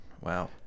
Wow